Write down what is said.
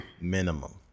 minimum